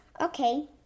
Okay